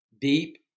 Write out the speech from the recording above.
deep